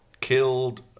Killed